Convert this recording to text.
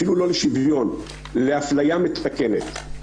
אפילו לא לשוויון לאפליה מתקנת.